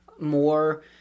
more